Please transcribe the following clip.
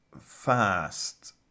fast